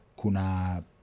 kuna